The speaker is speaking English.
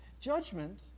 Judgment